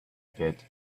pit